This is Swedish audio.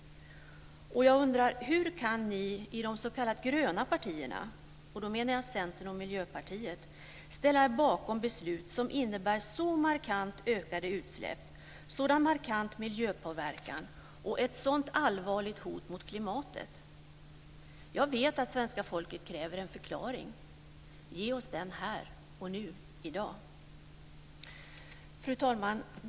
Och jag undrar: Hur kan ni i de s.k. gröna partierna - då menar jag Centern och Miljöpartiet - ställa er bakom beslut som innebär så markant ökade utsläpp, sådan markant miljöpåverkan och ett sådant allvarligt hot mot klimatet? Jag vet att svenska folket kräver en förklaring. Fru talman!